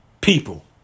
people